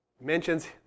mentions